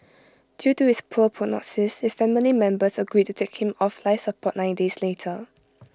due to his poor prognosis his family members agreed to take him off life support nine days later